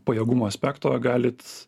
pajėgumo aspekto galit